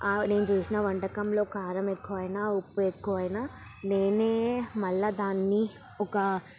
నేను చేసిన వంటకంలో కారం ఎక్కువైనా ఉప్పు ఎక్కువైనా నేనే మళ్ళీ దాన్ని ఒక